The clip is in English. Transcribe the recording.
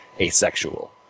asexual